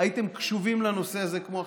הייתם קשובים לנושא הזה כמו עכשיו,